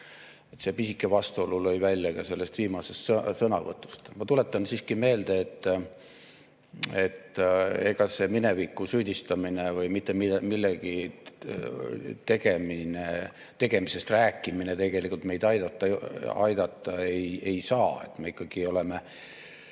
See pisike vastuolu lõi välja ka sellest viimasest sõnavõtust. Ma tuletan siiski meelde, et ega see mineviku süüdistamine või mittemillegitegemisest rääkimine meid tegelikult aidata ei saa, me oleme